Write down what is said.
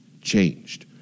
Changed